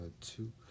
two